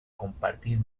compartir